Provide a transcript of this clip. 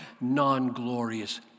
non-glorious